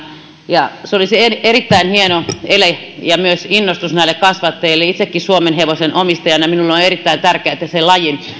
ja se olisi erittäin hieno ele ja myös innostus näille kasvattajille itsekin suomenhevosen omistajana minulle on erittäin tärkeätä sen lajin